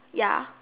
ya